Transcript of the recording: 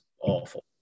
awful